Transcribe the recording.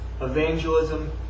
Evangelism